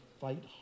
fight